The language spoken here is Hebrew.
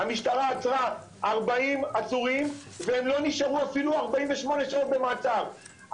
המשטרה עצרה 40 עצורים והם לא נשארו אפילו 48 שעות במעצר.